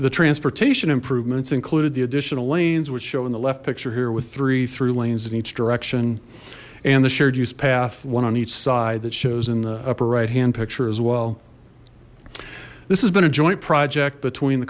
the transportation improvements included the additional lanes which show on the left picture here with three three lanes in each direction and the shared use path one on each side that shows in the upper right hand picture as well this has been a joint project between the